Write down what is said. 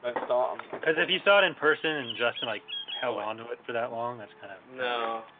ah stop um cuz if you saw it in person and just and like held on to it for that long, that's kind of know